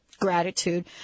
Gratitude